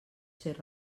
ser